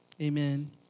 Amen